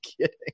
kidding